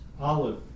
olive